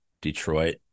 Detroit